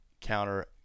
counter